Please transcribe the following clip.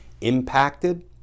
impacted